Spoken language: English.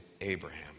Abraham